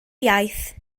iaith